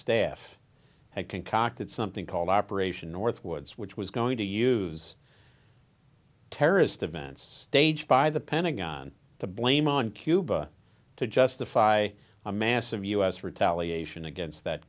staff had concocted something called operation northwoods which was going to use terrorist events staged by the pentagon the blame on cuba to justify a massive us retaliation against that